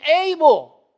able